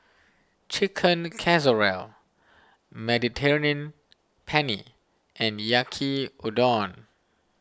Chicken Casserole Mediterranean Penne and Yaki Udon